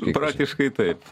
praktiškai taip